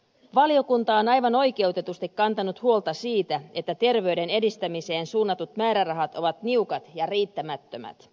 valiokunta on aivan oikeutetusti kantanut huolta siitä että terveyden edistämiseen suunnatut määrärahat ovat niukat ja riittämättömät